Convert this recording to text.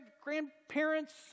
grandparents